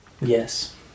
Yes